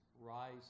rise